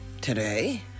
today